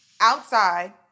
outside